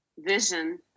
vision